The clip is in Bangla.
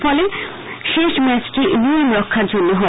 ফলে শেষ ম্যাচটি নিয়মরক্ষার জন্য হবে